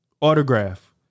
Autograph